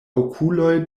okuloj